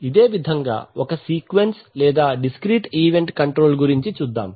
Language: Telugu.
ఇదే విధంగా ఒక సీక్వెన్స్ లేదా డిస్క్రీట్ ఈవెంట్ కంట్రోల్ గురించి చూద్దాం